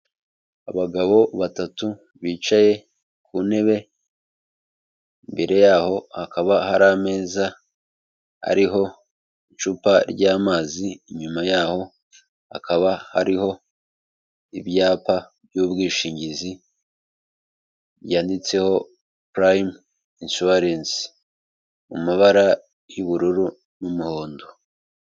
Abagabo batatu bicaye ku ntebe imbere yaho hakaba hari ameza ariho icupa ry'amazi, inyuma yaho hakaba hariho ibyapa by'ubwishingizi ryanditseho purayimu inshuwarensi mu mabara y'ubururu n'umuhondo.